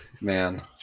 Man